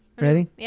Ready